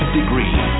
degree